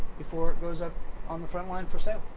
before it goes up on the front line for sale.